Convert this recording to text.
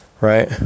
right